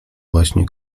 właśnie